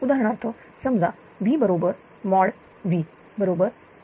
उदाहरणार्थ समजा V बरोबर मोड mod V बरोबर 1